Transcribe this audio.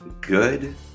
Good